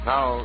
Now